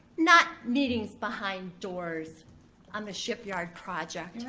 not meetings behind doors on the shipyard project. your